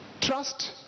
Trust